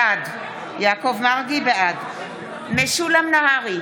בעד משולם נהרי,